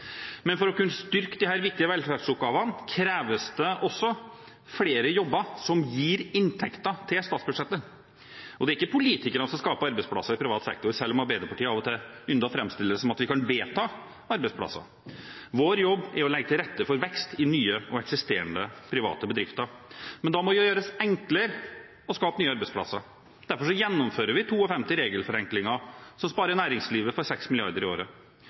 Men for å kunne styrke disse viktige velferdsoppgavene kreves det også flere jobber som gir inntekter til statsbudsjettet. Det er ikke politikerne som skaper arbeidsplasser i privat sektor, selv om Arbeiderpartiet av og til ynder å framstille det som at vi kan vedta arbeidsplasser. Vår jobb er å legge til rette for vekst i nye og eksisterende private bedrifter. Men da må det gjøres enklere å skape nye arbeidsplasser. Derfor gjennomfører vi 52 regelforenklinger som sparer næringslivet for 6 mrd. kr i året.